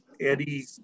Eddie –